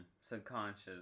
subconscious